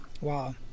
Wow